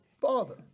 father